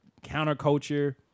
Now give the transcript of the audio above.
counterculture